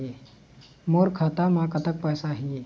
मोर खाता म कतक पैसा हे?